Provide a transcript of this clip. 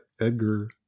Edgar